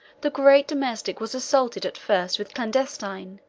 the great domestic was assaulted at first with clandestine,